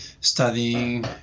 studying